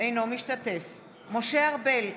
אינו משתתף בהצבעה משה ארבל,